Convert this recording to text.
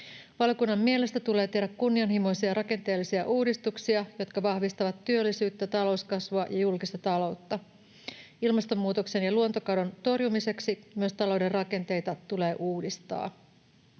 Valiokunnan mielestä tulee tehdä kunnianhimoisia rakenteellisia uudistuksia, jotka vahvistavat työllisyyttä, talouskasvua ja julkista taloutta. Ilmastonmuutoksen ja luontokadon torjumiseksi myös talouden rakenteita tulee uudistaa.